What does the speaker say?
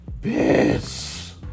bitch